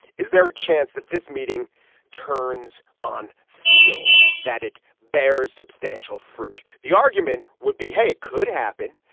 is there a chance that this meeting turns on feel that it bears substantial fruit. the argument would be hey it could happen.